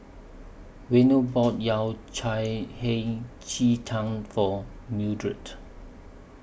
Waino bought Yao Cai Hei Ji Tang For Mildred